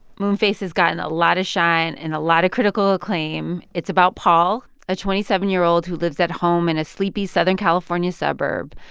moonface has gotten a lot of shine and a lot of critical acclaim. it's about paul, a twenty seven year old who lives at home in a sleepy southern california suburb.